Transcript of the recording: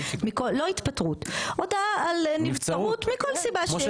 לא התפטרות הודעה על נבצרות מכל סיבה שהיא.